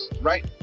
Right